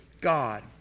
God